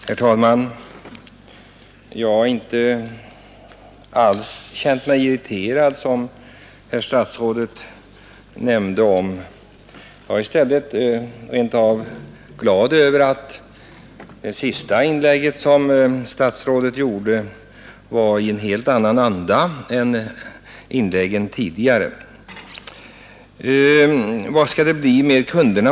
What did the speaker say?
Herr talman! Jag har alls inte känt mig irriterad, herr statsråd. Jag är i stället rent av glad över att statsrådets senaste inlägg gick i en helt annan anda än de tidigare. Herr statsrådet frågar hur det skall bli med SJ:s kunder.